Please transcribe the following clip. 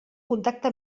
contacte